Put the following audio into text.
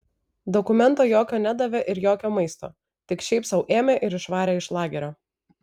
dokumento jokio nedavė ir jokio maisto tik šiaip sau ėmė ir išvarė iš lagerio